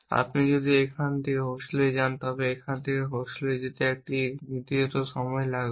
আপনি যদি এখান থেকে হোস্টেলে যান তবে এখান থেকে হোস্টেলে যেতে একটি নির্দিষ্ট সময় লাগবে